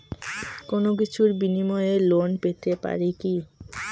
কোনো কিছুর বিনিময়ে লোন পেতে পারি কি?